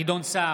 גדעון סער,